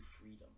freedom